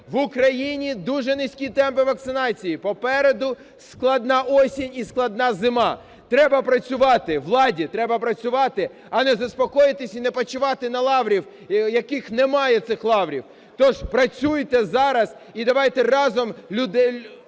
В Україні дуже низькі темпи вакцинації. Попереду складна осінь і складна зима. Треба працювати владі, треба працювати, а не заспокоїтись і не спочивати на лаврах, яких немає, цих лаврів. Тож працюйте зараз і давайте разом